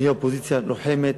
נהיה אופוזיציה לוחמת,